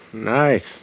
Nice